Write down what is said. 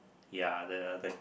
ya the the